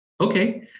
Okay